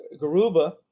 Garuba